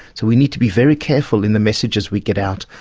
so we need to be very careful in the messages we get out,